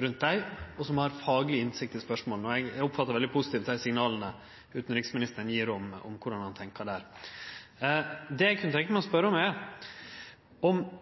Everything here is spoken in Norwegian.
rundt dei, og som har fagleg innsikt i spørsmåla. Eg oppfattar dei signala utanriksministeren gjev om korleis han tenkjer der, som veldig positive. Det eg kunne tenkje meg å spørje om, er: